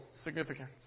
significance